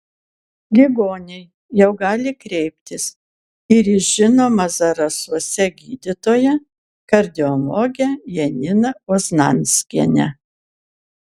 ligoniai jau gali kreiptis ir į žinomą zarasuose gydytoją kardiologę janina oznanskienę